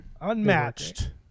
Unmatched